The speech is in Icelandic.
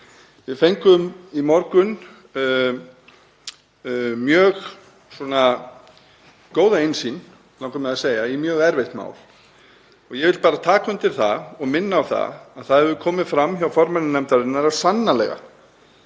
Við fengum í morgun mjög góða innsýn, langar mig að segja, í mjög erfitt mál. Ég vil bara taka undir það og minna á að það hefur komið fram hjá formanni nefndarinnar að sannarlega